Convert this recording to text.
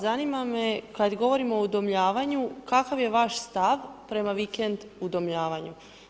Zanima me kada govorimo o udomljavanju kakav je vaš stav prema vikend udomljavanju?